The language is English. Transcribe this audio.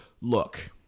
Look